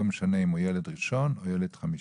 לא משנה אם הוא ילד ראשון או חמישי.